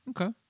okay